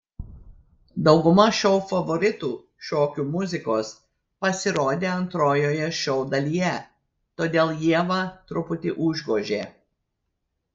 dauguma šou favoritų šokių muzikos pasirodė antrojoje šou dalyje todėl ievą truputį užgožė